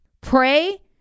pray